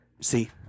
See